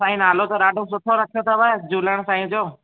साईं नालो त ॾाढो सुठो रखियो अथव झूलण साईंअ जो